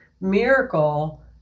miracle